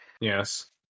Yes